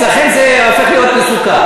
אצלכם זה הופך להיות מסוכן.